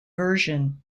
version